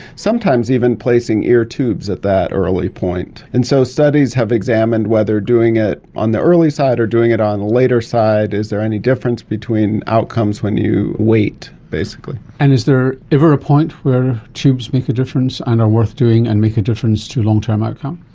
sometimes even placing ear tubes at that early point. and so studies have examined whether doing it on the early side or doing it on the later side, is there any difference between outcomes when you wait basically. and is there ever a point where tubes make a difference and are worth doing and make a difference to long-term outcome?